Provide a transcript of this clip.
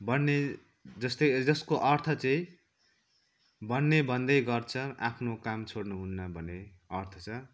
भन्ने जस्तै जसको अर्थ चाहिँ भन्ने भन्दै गर्छ आफ्नो काम छोड्नु हुन्न भन्ने अर्थ छ